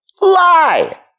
lie